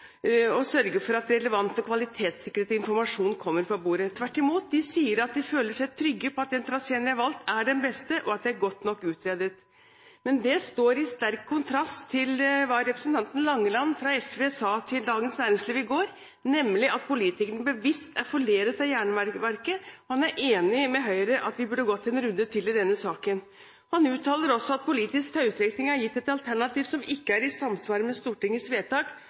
å se på saken på nytt og sørge for at kvalitetssikret informasjon kommer på bordet. Tvert imot – de sier at de føler seg trygge på at den traseen de har valgt, er den beste, og at det er godt nok utredet. Men det står i sterk kontrast til hva representanten Langeland fra SV sa til Dagens Næringsliv i går – nemlig at politikerne bevisst er forledet av Jernbaneverket. Han er enig med Høyre i at vi burde gått en runde til i denne saken. Han uttaler også at politisk tautrekking har gitt et alternativ som ikke er i samsvar med Stortingets vedtak